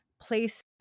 place